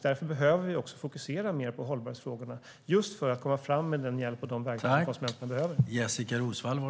Därför behöver vi också fokusera mer på hållbarhetsfrågorna för att erbjuda den hjälp och de verktyg som konsumenterna behöver.